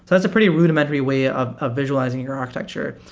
that's a pretty rud imentary way of ah visualizing your architecture.